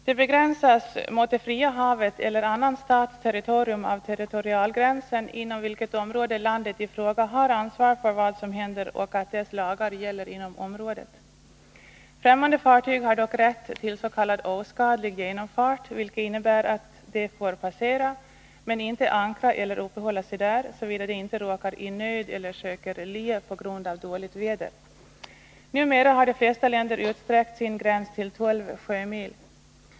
Det begränsas mot det fria havet eller annan stats territorium av territorialgränsen, inom vilket område landet i fråga har ansvar för vad som händer och att dess lagar gäller inom detta område. Främmande fartyg har dock rätt till s.k. oskadlig genomfart, vilket innebär att de får passera men inte ankra eller uppehålla sig där, såvida de inte råkat i nöd eller sökt lä på grund av dåligt väder. Numera har de flesta länder utsträckt sin gräns till tolv sjömil.